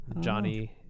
Johnny